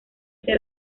hacia